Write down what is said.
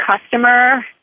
customer